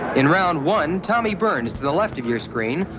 in round one, tommy burns, to the left of your screen,